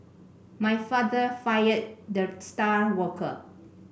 my father fired the star worker